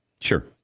Sure